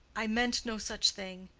i meant no such thing.